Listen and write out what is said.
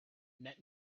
net